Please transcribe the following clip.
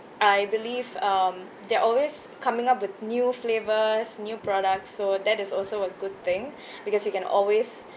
I believe um they're always coming up with new flavours new products so that is also a good thing because you can always